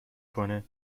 کنه